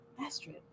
Astrid